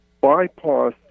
bypass